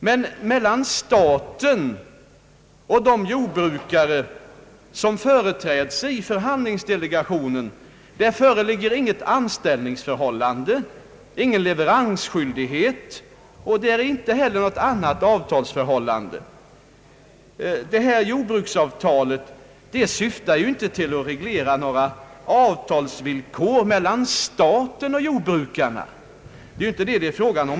Men mellan staten och de jordbrukare som företräds i förhandlingsdelegationen föreligger inte något anställningsförhållande, inte någon leveransskyldighet, och det råder inte heller något annat avtalsförhållande. Jordbruksavtalet syftar inte till att reglera några avtalsvillkor mellan staten och jordbrukarna. Det är inte det det är fråga om.